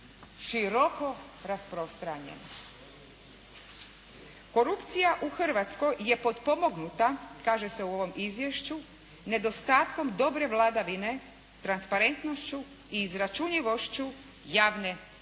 široko rasprostranjeno. Korupcija u Hrvatskoj je potpomognuta, kaže se u ovom izvješću nedostatkom dobre vladavine, transparentnošću i izračunjivošću javne